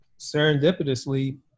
serendipitously